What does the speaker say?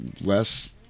less